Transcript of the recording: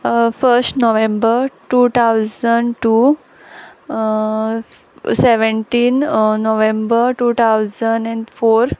first November two thousand two seventeen November two thousand and four